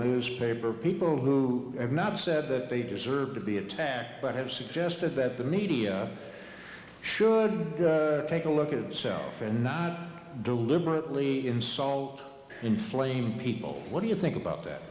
newspaper people who have not said that they deserve to be attacked but have suggested that the media should take a look at itself and not deliberately insult inflame people what do you think about that